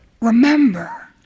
remember